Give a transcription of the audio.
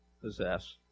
possess